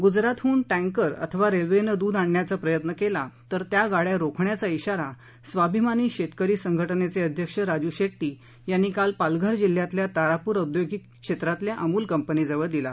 गुजरातहून टँकर अथवा रेल्वेनं दूध आणण्याचा प्रयत्न केला तर त्या गाङ्या रोखण्याचा इशारा स्वाभिमानी शेतकरी संघटनेचे अध्यक्ष राजू शेट्टी यांनी काल पालघर जिल्ह्यातल्या तारापूर औद्योगिक क्षेत्रातल्या अमूल कंपनी जवळ दिला